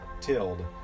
tilled